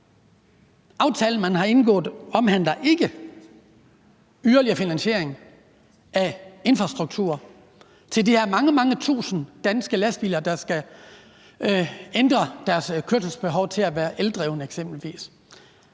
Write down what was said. Aftalen, man har indgået, omhandler ikke yderligere finansiering af infrastruktur til de her mange, mange tusind danske lastbiler, der skal ændre deres kørselsbehov til at være eksempelvis